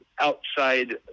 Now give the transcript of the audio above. outside